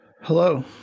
hello